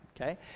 Okay